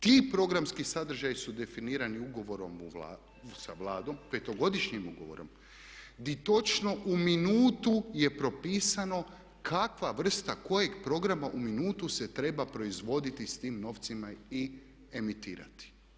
Ti programski sadržaji su definirani ugovorom sa Vladom, 5.-godišnjim ugovorom gdje točno u minutu je propisano kakva vrsta kojeg programa u minutu se treba proizvoditi sa tim novcima i emitirati.